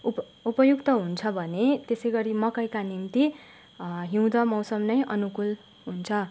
उप उपयुक्त हुन्छ भने त्यसै गरी मकैका निम्ति हिउँद मौसम नै अनुकूल हुन्छ